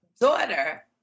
daughter